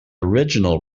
original